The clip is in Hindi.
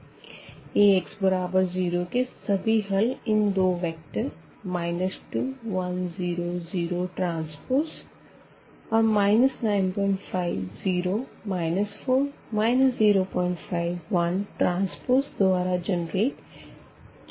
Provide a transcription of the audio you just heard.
Ax बराबर 0 के सभी हल इन दो वेक्टर 21000T 950 4 051T द्वारा जनरेट किए जा सकते है